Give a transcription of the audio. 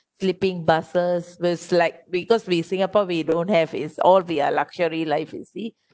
sleeping buses was like because we singapore we don't have is all the luxury life you see